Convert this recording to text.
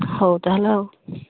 ହଉ ତା'ହେଲେ ଆଉ